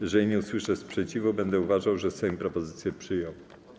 Jeżeli nie usłyszę sprzeciwu, będę uważał, że Sejm propozycje przyjął.